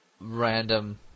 random